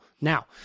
Now